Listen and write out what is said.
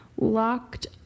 locked